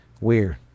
weird